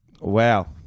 Wow